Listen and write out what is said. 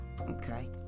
Okay